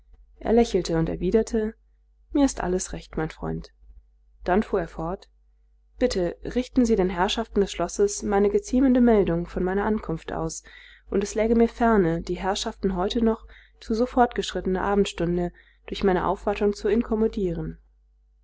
er lächelte und erwiderte mir ist alles recht mein freund dann fuhr er fort bitte richten sie den herrschaften des schlosses meine geziemende meldung von meiner ankunft aus und es läge mir ferne die herrschaften heute noch zu so vorgeschrittener abendstunde durch meine aufwartung zu